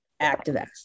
activists